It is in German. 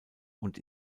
und